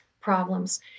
problems